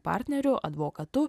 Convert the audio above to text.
partneriu advokatu